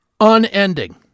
unending